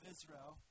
Israel